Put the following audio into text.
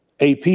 AP